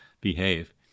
behave